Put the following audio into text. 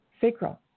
sacral